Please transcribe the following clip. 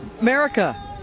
America